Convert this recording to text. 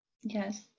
Yes